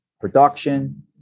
production